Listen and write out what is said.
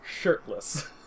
shirtless